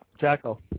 Jackal